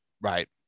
right